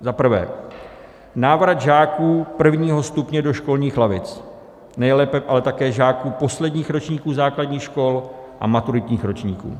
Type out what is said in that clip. Zaprvé návrat žáků prvního stupně do školních lavic, nejlépe ale také žáků posledních ročníků základních škol a maturitních ročníků.